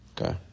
Okay